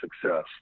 success